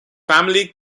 family